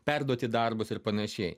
perduoti darbus ir panašiai